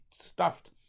stuffed